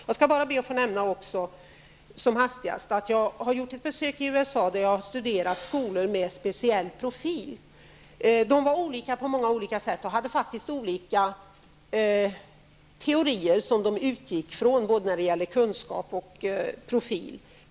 Jag skall bara be att som hastigast få nämna att jag har gjort ett besök i USA där jag studerat skolor med speciell profil. De var olika på många olika sätt och hade faktiskt olika teorier som de utgick ifrån när det gäller både kunskap och profil.